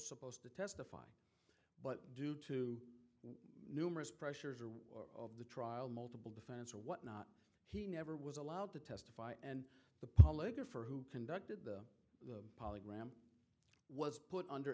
supposed to testify but due to numerous pressures of the trial multiple defense or whatnot he never was allowed to testify and the public or for who conducted the polygram was put under